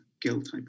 guilt